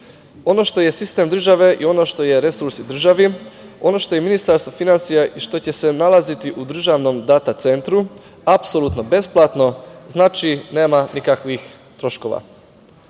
Ono što je sistem države i ono što je resurs i državi, ono što je Ministarstvo finansija i što će se nalaziti u Državnom data centru, apsolutno je besplatno, znači, nema nikakvih troškova.